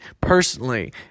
personally